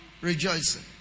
Rejoicing